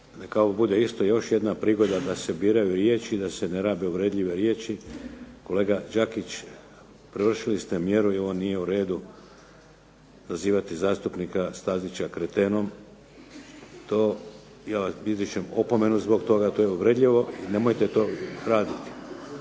neka ovo bude isto još jedna prigoda da se biraju riječi i da se ne rabe uvredljive riječi. Kolega Đakić, prevršili ste mjeru i ovo nije u redu prozivati zastupnika Stazića kretenom. To ja vam izričem opomenu zbog toga. To je uvredljivo i nemojte to rabiti.